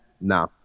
nah